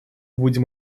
будем